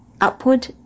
upward